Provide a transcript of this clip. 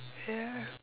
ya